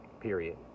period